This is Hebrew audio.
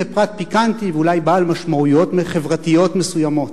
זה פרט פיקנטי ואולי בעל משמעויות חברתיות מסוימות.